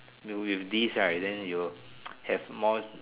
with this right then you'll have more